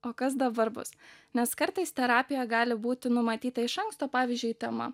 o kas dabar bus nes kartais terapijoj gali būti numatyta iš anksto pavyzdžiui tema